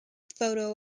photo